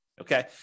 Okay